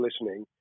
listening